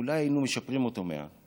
אולי היינו משפרים אותו מעט.